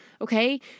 okay